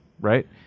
Right